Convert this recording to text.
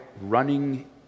running